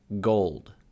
gold